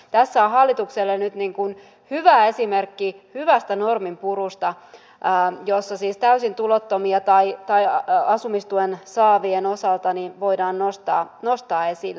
tässä on hallitukselle nyt hyvä esimerkki hyvästä normin purusta jossa siis täysin tulottomien tai asumistukea saavien osalta asia voidaan nostaa esille